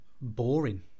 boring